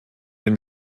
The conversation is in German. den